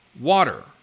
Water